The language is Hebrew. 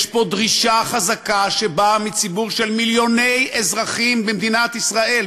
יש פה דרישה חזקה שבאה מציבור של מיליוני אזרחים במדינת ישראל,